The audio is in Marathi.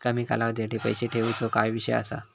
कमी कालावधीसाठी पैसे ठेऊचो काय विषय असा?